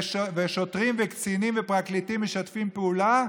שוטרים, קצינים ופרקליטים משתפים פעולה.